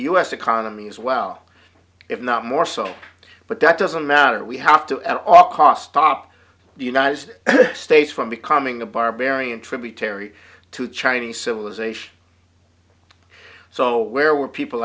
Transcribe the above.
us economy as well if not more so but that doesn't matter we have to at all cost top the united states from becoming a barbarian tributary to chinese civilization so where were people